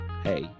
hey